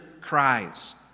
cries